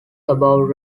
about